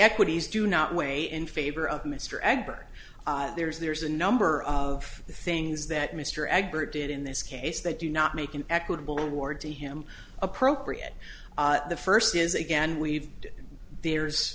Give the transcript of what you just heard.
equities do not weigh in favor of mr egbert there is there's a number of things that mr egbert did in this case they do not make an equitable award to him appropriate the first is again we've there's